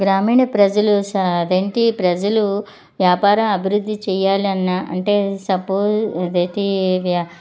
గ్రామీణ ప్రజలు స అది ఏంటి ప్రజలు వ్యాపార అభివృద్ధి చేయాలన్నా అంటే సపో అది ఏంటి